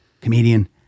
comedian